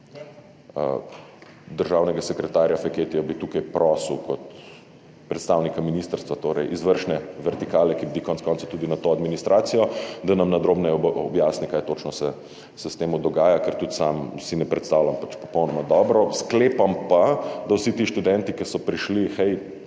Državnega sekretarja Feketija bi tukaj prosil kot predstavnika ministrstva, torej izvršne vertikale, ki bdi konec koncev tudi na to administracijo, da nam na drobneje objasni, kaj točno se s tem dogaja, ker tudi sam si ne predstavljam popolnoma dobro. Sklepam pa, da vsi ti študenti, ki so prišli, hej,